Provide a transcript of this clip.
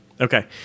Okay